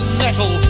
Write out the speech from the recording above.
metal